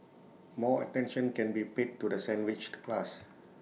more attention can be paid to the sandwiched class